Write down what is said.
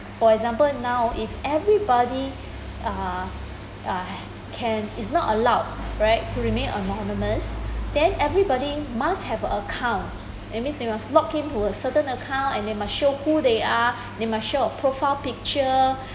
for example now if everybody uh uh can is not allowed right to remain anonymous then everybody must have a account that means they must log in to a certain account and they must show who they are they must show a profile picture